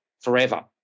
forever